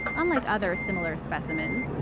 unlike other similar specimens,